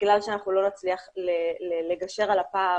בגלל שאנחנו לא נצליח לגשר על הפער